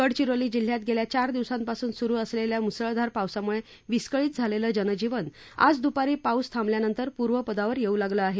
गडचिरोली जिल्ह्यात गेल्या चार दिवसांपासुन सुरु असलेल्या मुसळधार पावसामुळे विस्कळीत झालेले जनजीवन आज दृपारी पाऊस थांबल्यानंतर पूर्वपदावर येऊ लागले आहे